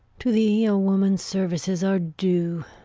to thee a woman's services are due